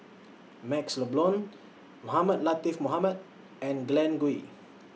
MaxLe Blond Mohamed Latiff Mohamed and Glen Goei